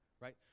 right